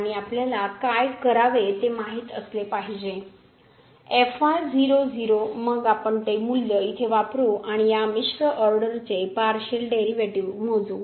आणि आपल्याला काय करावे ते माहित असले पाहिजे मग आपण ते मूल्य इथे वापरू आणि या मिश्र ऑर्डरचे पार्शिअल डेरिव्हेटिव्ह मोजू